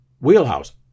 wheelhouse